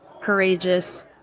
courageous